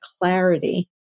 clarity